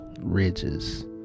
ridges